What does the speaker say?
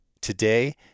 Today